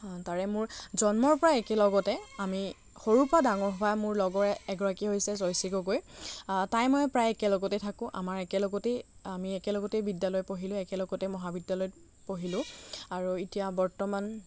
তাৰে মোৰ জন্মৰ পৰা একেলগতে আমি সৰুৰ পৰা ডাঙৰ হোৱা মোৰ লগৰ এগৰাকী হৈছে জয়শ্ৰী গগৈ তায়ে মই প্ৰায় একেলগতে থাকোঁ আমাৰ একেলগতেই আমি একেলগতেই বিদ্যালয় পঢ়িলোঁ একেলগতেই মহাবিদ্যালয়ত পঢ়িলোঁ আৰু এতিয়া বৰ্তমান